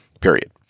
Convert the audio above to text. period